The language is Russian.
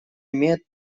имеет